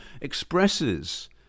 expresses